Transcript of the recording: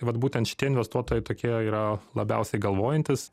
vat būtent šitie investuotojai tokie yra labiausiai galvojantys